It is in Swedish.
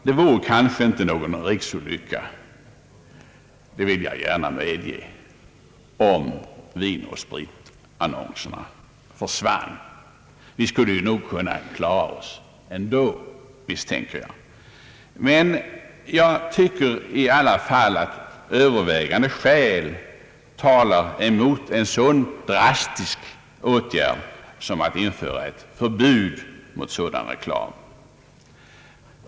Det vore kanske inte någon riksolycka om vinoch spritannonserna försvann; vi skulle nog kunna klara oss ändå, misstänker jag. Men jag tycker i alla fall att övervägande skäl talar mot en så drastisk åtgärd som att införa ett förbud mot en sådan reklam.